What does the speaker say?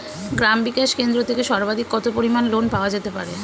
গ্রাম বিকাশ কেন্দ্র থেকে সর্বাধিক কত পরিমান লোন পাওয়া যেতে পারে?